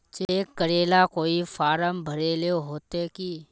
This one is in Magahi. चेक करेला कोई फारम भरेले होते की?